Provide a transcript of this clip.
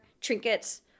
trinkets